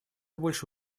больше